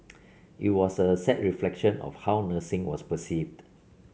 it was a sad reflection of how nursing was perceived